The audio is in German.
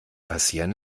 passieren